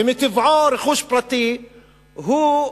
ומטבעו רכוש פרטי הוא,